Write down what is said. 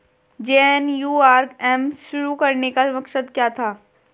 JNNURM शुरू करने का मकसद क्या था?